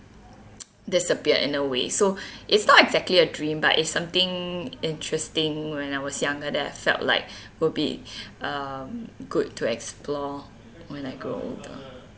disappeared in a way so it's not exactly a dream but it's something interesting when I was younger that felt like will be um good to explore when I grow older